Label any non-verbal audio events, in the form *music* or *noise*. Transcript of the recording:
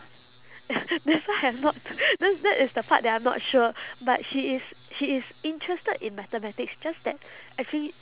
*noise* that's why I'm not that that is the part that I'm not sure but she is she is interested in mathematics just that actually